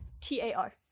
T-A-R